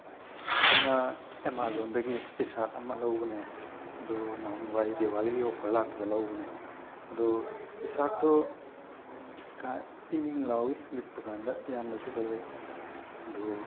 ꯑꯩꯅ ꯑꯥꯃꯥꯖꯣꯟꯗꯒꯤ T shirt ꯑꯃ ꯂꯧꯕꯅꯦ ꯑꯗꯨꯕꯨ ꯅꯍꯥꯟꯋꯥꯏ ꯗꯦꯋꯥꯂꯤꯒꯤ ꯑꯣꯐꯔ ꯂꯥꯛꯄꯗ ꯂꯧꯕꯅꯦ ꯑꯗꯨ ꯇꯤ ꯁꯥꯔꯠꯇꯨ ꯏꯪ ꯏꯪ ꯂꯥꯎꯋꯤ ꯂꯤꯠꯄ ꯀꯥꯟꯗ ꯌꯥꯝꯅꯁꯨ ꯐꯖꯩ ꯑꯗꯨꯕꯨ